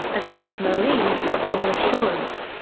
as well as marine structural assurance.